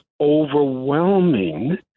overwhelming